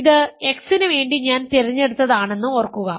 ഇത് x നുവേണ്ടി ഞാൻ തിരഞ്ഞെടുത്തത് ആണെന്ന് ഓർക്കുക